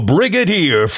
Brigadier